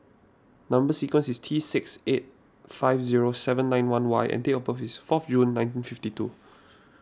Number Sequence is T six eight five zero seven nine one Y and date of birth is fourth June nineteen fifty two